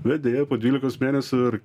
bet deja po dvylikos mėnesių ar